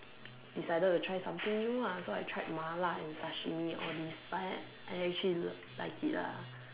decided to try something new ah so I tried Mala and Sashimi all these but I I actually like it ah